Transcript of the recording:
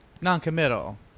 Non-committal